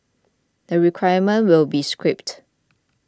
the requirement will be scrapped